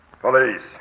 Police